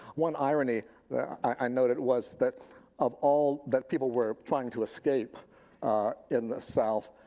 one irony that i know that was that of all that people were trying to escape in the south.